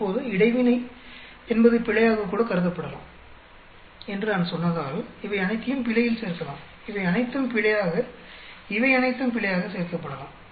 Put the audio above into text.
இப்போது இடைவினை என்பது பிழையாகக் கூட கருதப்படலாம் என்று நான் சொன்னதால் இவை அனைத்தையும் பிழையில் சேர்க்கலாம் இவை அனைத்தும் பிழையாக இவை அனைத்தும் பிழையாக சேர்க்கப்படலாம்